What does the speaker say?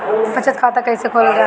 बचत खाता कइसे खोलल जाला?